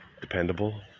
dependable